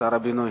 שר הבינוי.